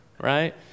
right